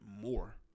more